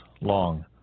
long